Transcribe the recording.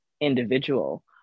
individual